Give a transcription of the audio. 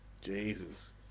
Jesus